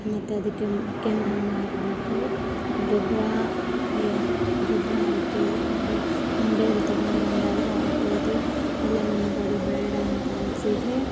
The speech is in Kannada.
ಮತ್ತು ಅದಕ್ಕೆ ಕೆಮ್ಮಣ್ಣು ಹಾಕ್ಬೇಕು ಗೊಬ್ಬರ ಹೇ ಗೊಬ್ಬರ ಆಯಿತು ಅಂಗ್ಡಿಯಲ್ಲಿ ತಗೊಂಡು ಬಂದಾದರೂ ಆಗ್ಬೋದು ಇಲ್ಲ ನಮಗದು ಬೇಡ ಅಂತ ಅನಿಸಿದ್ರೆ